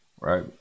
Right